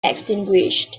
extinguished